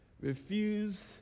refused